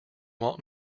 want